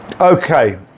Okay